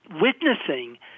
witnessing